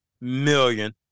million